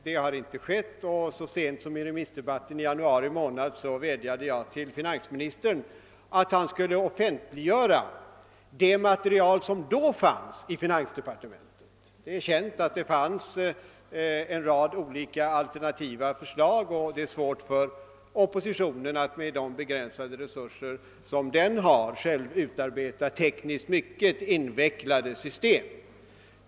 Detta har inte gjorts, och så sent som i remissdebatten i januari månad vädjade jag till finansministern att han skulle offentliggöra det material som då fanns i finansdepartementet. Det är känt att det fanns en rad olika alternativa förslag, och det är svårt för oppositionen att med de begränsade resurser som den har själv utarbeta tekniskt mycket invecklade system.